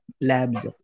labs